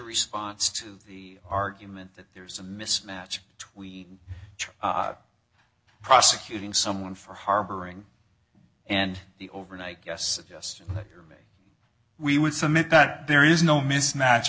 response to the argument that there's a mismatch between prosecuting someone for harboring and the overnight yes yes we would submit that there is no mismatch